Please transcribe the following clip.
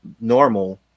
normal